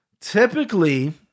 Typically